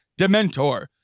Dementor